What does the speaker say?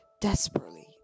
desperately